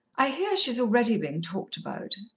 i hear she's already bein' talked about.